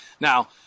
Now